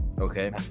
Okay